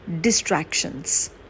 distractions